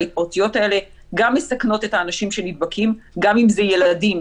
וההתפרצויות האלה גם מסכנות את האנשים שנדבקים גם אם זה ילדים,